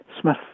Smith